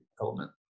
element